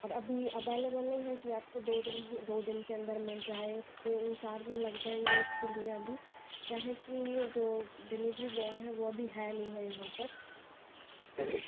और अभी अवेलेबल नहीं है कि आपको दो दिन दो दिन के अन्दर मिल जाए ये ये चार दिन लग जाएंगे उसके लिए अभी क्या है कि जो डिलेबरी ब्वॉय है वो अभी है नहीं है यहाँ पर